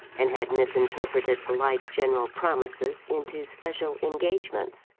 and had misinterpreted polite general promises into special engagements.